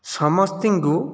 ସମସ୍ତଙ୍କୁ